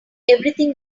everything